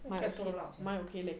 mic so loud sia